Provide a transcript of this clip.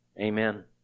Amen